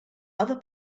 other